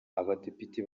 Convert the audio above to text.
abadepite